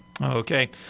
okay